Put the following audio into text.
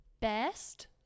best